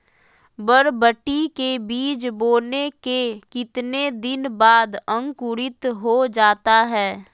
बरबटी के बीज बोने के कितने दिन बाद अंकुरित हो जाता है?